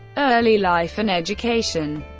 early life and education